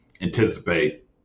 anticipate